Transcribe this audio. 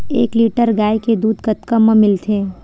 एक लीटर गाय के दुध कतका म मिलथे?